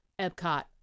Epcot